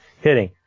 hitting